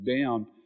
down